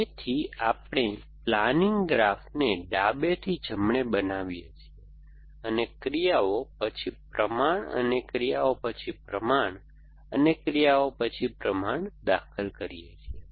તેથી આપણે પ્લાનિંગ ગ્રાફને ડાબેથી જમણે બનાવીએ છીએ અને ક્રિયાઓ પછી પ્રમાણ અને ક્રિયાઓ પછી પ્રમાણ અને ક્રિયાઓ પછી પ્રમાણ દાખલ કરીએ છીએ